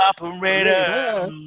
operator